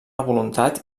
voluntat